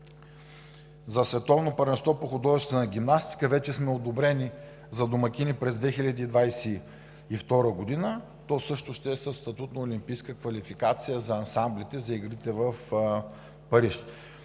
вече сме одобрени за домакин през 2022 г. То също ще е със статут на олимпийска квалификация за ансамблите за игрите в Париж.